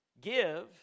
Give